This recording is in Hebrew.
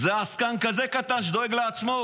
זה עסקן כזה קטן שדואג לעצמו,